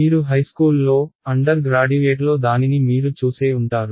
మీరు హైస్కూల్లో అండర్గ్రాడ్యుయేట్లో దానిని మీరు చూసే ఉంటారు